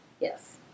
Yes